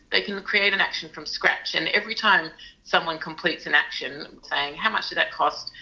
they can create an action from scratch. and every time someone completes an action, saying how much did that cost,